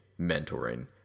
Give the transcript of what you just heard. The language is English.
mentoring